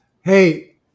hey